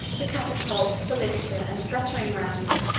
the catapultae, balistae, and battering-rams,